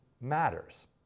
matters